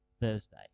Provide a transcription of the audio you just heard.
Thursday